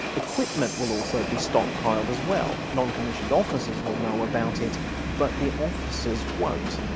equipment will also be stockpiled as well. non-commissioned officers will know about it but the officers won't,